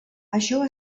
això